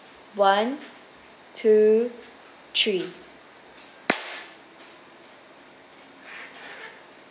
one two three